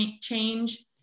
change